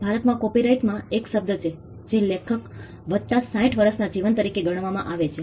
ભારતમાં કોપીરાઇટમાં એક શબ્દ છે જે લેખક વત્તા 60 વર્ષના જીવન તરીકે ગણવામાં આવે છે